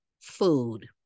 food